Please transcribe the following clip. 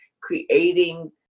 creating